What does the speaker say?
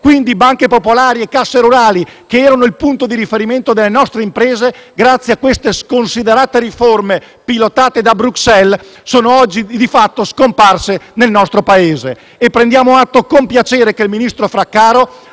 credito. Banche popolari e casse rurali che erano il punto di riferimento delle nostre imprese, grazie a queste sconsiderate riforme, pilotate da Bruxelles, sono oggi di fatto scomparse nel nostro Paese. Prendiamo atto con piacere che il ministro Fraccaro